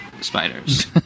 spiders